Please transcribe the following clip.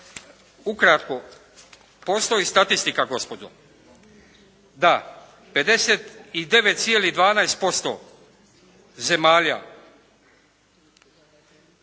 Ukratko, postoji statistika gospodo da 59,12% zemalja